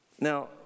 Now